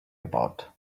about